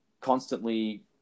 constantly